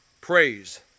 praise